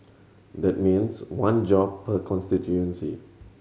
that means one job per constituency